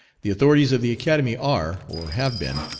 the authorities of the academy are, or have been,